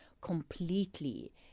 completely